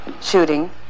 shooting